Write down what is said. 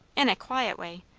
in a quiet way,